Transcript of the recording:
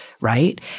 right